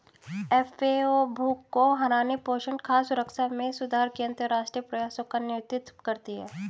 FAO भूख को हराने, पोषण, खाद्य सुरक्षा में सुधार के अंतरराष्ट्रीय प्रयासों का नेतृत्व करती है